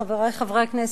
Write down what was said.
חברי חברי הכנסת,